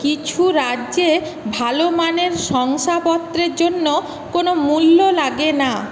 কিছু রাজ্যে ভাল মানের শংসাপত্রের জন্য কোনও মূল্য লাগে না